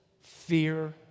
fear